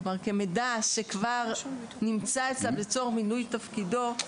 כלומר כמידע שכבר נמצא אצלו למילוי תפקידו,